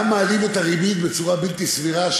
גם מעלים את הריבית בצורה בלתי סבירה.